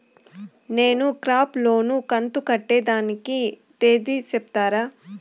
నేను crop loan కంతు కట్టేదానికి తేది సెప్తారా?